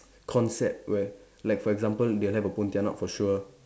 concept where like for example they'll have a Pontianak for sure